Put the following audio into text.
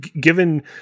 Given